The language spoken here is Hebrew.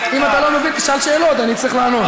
אם אתה לא מבין, תשאל שאלות, אני אצטרך לענות.